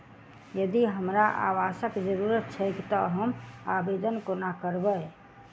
यदि हमरा आवासक जरुरत छैक तऽ हम आवेदन कोना करबै?